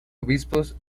obispos